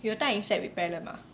有带 insect repellent mah